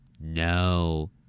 No